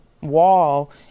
wall